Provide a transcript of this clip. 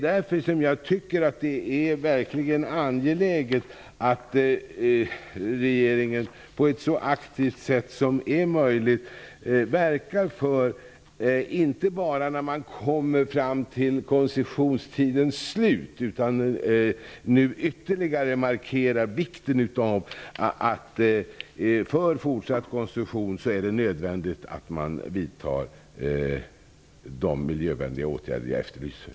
Det är verkligen angeläget att regeringen på ett så aktivt sätt som möjligt verkar för att ytterligare markera vikten av att det för att få fortsatt koncession är nödvändigt att vidta de miljövänliga åtgärder jag efterlyser.